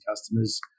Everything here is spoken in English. customers